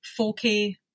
4K